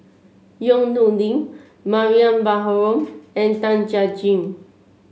Yong Nyuk Lin Mariam Baharom and Tan Jiak Jim